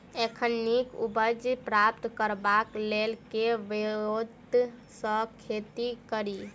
एखन नीक उपज प्राप्त करबाक लेल केँ ब्योंत सऽ खेती कड़ी?